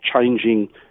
changing